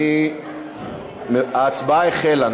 ההצבעה החלה.